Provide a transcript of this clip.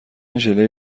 ژله